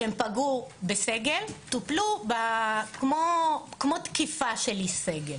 שפגעו בסגל, טופלו כמו תקיפה של איש סגל.